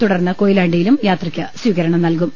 തുടർന്ന് കൊയിലാണ്ടിയിലും യാത്രയ്ക്ക് സ്വീകരണം നൽകും